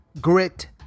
Grit